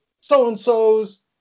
so-and-so's